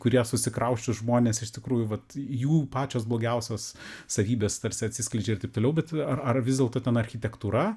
kurie susikrausčius žmonės iš tikrųjų vat jų pačios blogiausios savybės tarsi atsiskleidžia ir taip toliau bet ar ar vis dėlto ten architektūra